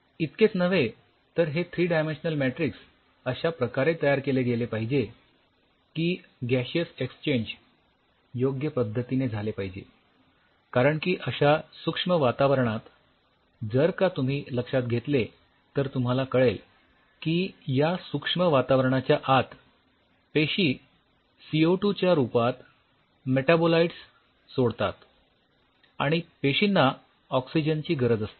इतकेच नव्हे तर हे थ्री डायमेन्शनल मॅट्रिक्स अश्या प्रकारे तयार केले गेले पाहिजे की गॅशीअस एक्सचेंज योग्य पद्धतीने झाले पाहिजे कारण की अश्या सूक्ष्म वातावरणात जर का तुम्ही लक्षात घेतले तर तुम्हाला कळेल की या सूक्ष्म वातावरणाच्या आत पेशी सीओटू च्या रूपात मेटॅबोलाईट्स सोडतात आणि पेशींना ऑक्सिजन ची गरज असते